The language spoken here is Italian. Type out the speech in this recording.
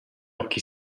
occhi